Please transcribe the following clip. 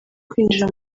kwinjira